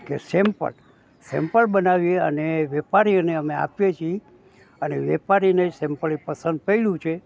કે sample sample બનાવીએ અને વેપારીઓને અમે આપીએ છીએ અને વેપારીને સેમ્પલ એ પસંદ પડ્યું છે